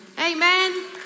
Amen